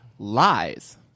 lies